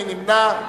מי נמנע?